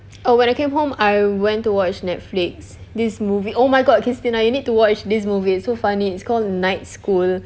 err when I came home I went to watch Netflix this movie oh my god kristina you need to watch this movie it's so funny it's called night school